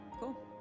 Cool